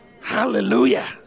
Hallelujah